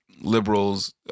liberals